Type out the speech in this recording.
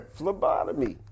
Phlebotomy